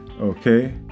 Okay